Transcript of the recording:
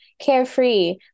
carefree